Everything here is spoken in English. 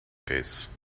case